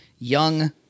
young